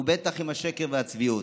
ובטח עם השקר והצביעות.